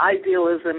idealism